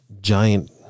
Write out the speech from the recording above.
giant